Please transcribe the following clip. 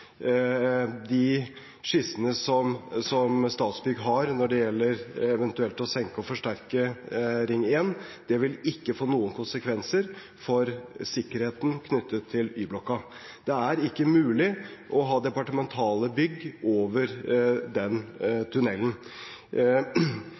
De skissene som Statsbygg har når det gjelder eventuelt å senke og forsterke Ring 1, vil ikke få noen konsekvenser for sikkerheten knyttet til Y-blokka. Det er ikke mulig å ha departementale bygg over den tunnelen.